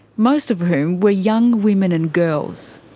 most of whom were young women and girls.